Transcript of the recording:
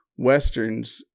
Westerns